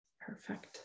Perfect